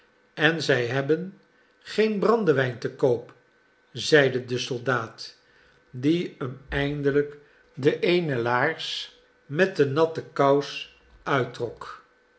en zij hebben geen brandewijn te koop zeide de soldaat die hem eindelijk de eene laars met de natte kous uittrok